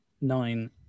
Nine